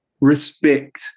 respect